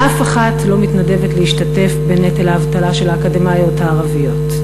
אף אחת לא מתנדבת להשתתף בנטל האבטלה של האקדמאיות הערביות.